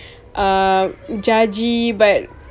uh judgy but